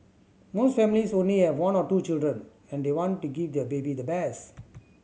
most families only have one or two children and they want to give their baby the best